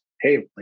hey